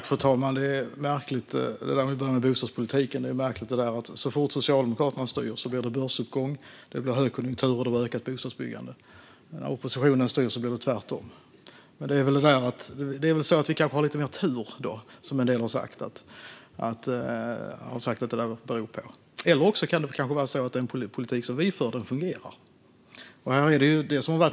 Fru talman! Om vi börjar med bostadspolitiken är det märkligt att så fort Socialdemokraterna styr blir det börsuppgång, högkonjunktur och ett ökat bostadsbyggande. När oppositionen styr blir det tvärtom. Vi har kanske lite mer tur, som en del har sagt - eller så kanske det är så att den politik som vi för fungerar.